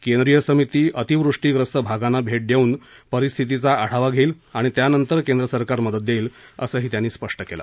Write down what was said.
केंद्रीय समिती अतिवृष्टीप्रस्त भागांना भेट देऊन परिस्थितीचा आढावा घेईल आणि त्यानंतर केंद्रसरकार मदत देईल असं त्यांनी सांगितलं